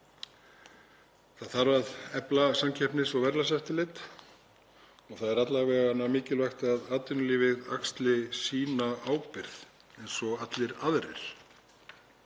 Það þarf að efla samkeppnis- og verðlagseftirlit. Það er alla vega mikilvægt að atvinnulífið axli sína ábyrgð eins og allir aðrir.